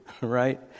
right